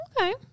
Okay